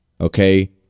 Okay